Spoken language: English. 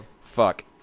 Fuck